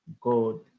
god